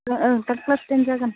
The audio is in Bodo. ओं ओं दा क्लास टेन जागोन